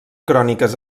cròniques